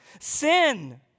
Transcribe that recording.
sin